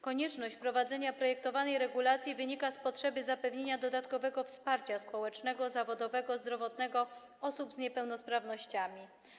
Konieczność wprowadzenia projektowanej regulacji wynika z potrzeby zapewnienia dodatkowego wsparcia społecznego, zawodowego i zdrowotnego osób z niepełnosprawnościami.